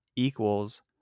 equals